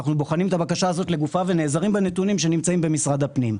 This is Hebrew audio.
אנחנו בוחנים את הבקשה לגופה ונעזרים בנתונים שנמצאים במשרד הפנים.